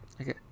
Okay